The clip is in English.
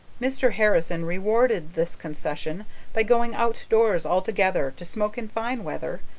mr. harrison rewarded this concession by going outdoors altogether to smoke in fine weather,